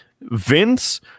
Vince